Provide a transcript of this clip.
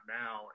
now